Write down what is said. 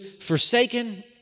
forsaken